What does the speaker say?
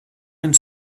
and